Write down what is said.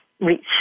reach